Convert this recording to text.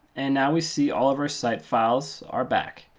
and now we see all of our site files are back.